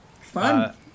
Fun